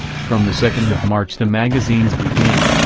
from the second of march the magazines began,